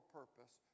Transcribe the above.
purpose